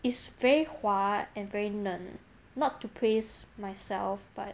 it's very 滑 and very 嫩 not to praise myself but